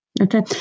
Okay